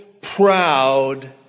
proud